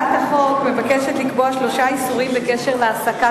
הצעת החוק מבקשת לקבוע שלושה איסורים בקשר להעסקת